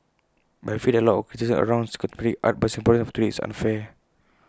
but I feel that A lot of the criticism around contemporary art by Singaporeans today is unfair